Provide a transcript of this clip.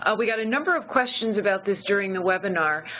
ah we got a number of questions about this during the webinar.